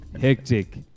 Hectic